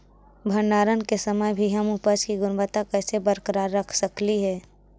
भंडारण के समय भी हम उपज की गुणवत्ता कैसे बरकरार रख सकली हे?